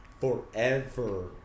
forever